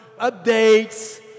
updates